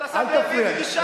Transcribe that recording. אל תפריע לי.